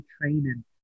training